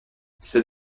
c’est